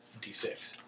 d6